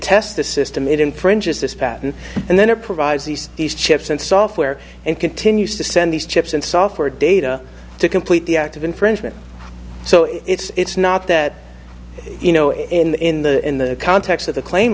tests the system it infringes this patent and then it provides these these chips in software and continues to send these chips and software data to complete the act of infringement so it's not that you know in the in the context of the claim